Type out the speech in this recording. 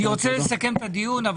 אני רוצה לסיים את הדיון.